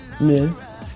Miss